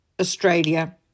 Australia